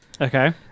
Okay